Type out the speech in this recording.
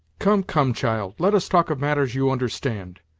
come, come, child let us talk of matters you understand.